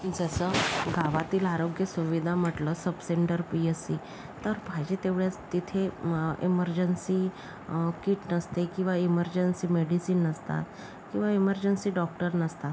जसं गावातील आरोग्य सुविधा म्हटलं सब सेंडर पीएचसी तर पाहिजे तेवढ्याच तिथे म इमर्जन्सी किट नसते किंवा इमर्जन्सी मेडिसिन नसतात किंवा इमर्जन्सी डॉक्टर नसतात